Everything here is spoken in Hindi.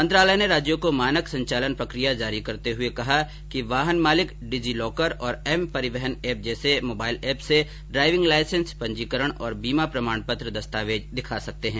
मंत्रालय ने राज्यों को मानक संचालन प्रक्रिया जारी करते हुए कहा कि वाहन मालिक डिजिलॉकर और एम परिवहन ऐप जैसे मोबाइल ऐप से ड्राइविंग लाइसेंस पंजीकरण और बीमा प्रमाण पत्र दस्तावेज दिखा सकते हैं